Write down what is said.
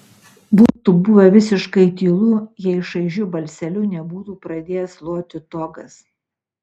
būtų buvę visiškai tylu jei šaižiu balseliu nebūtų pradėjęs loti togas